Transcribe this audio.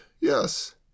Yes